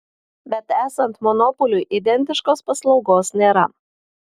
bet esant monopoliui identiškos paslaugos nėra